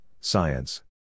science